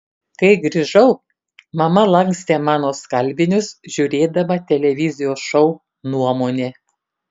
kai grįžau mama lankstė mano skalbinius žiūrėdama televizijos šou nuomonė